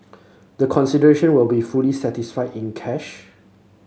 the consideration will be fully satisfied in cash